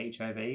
HIV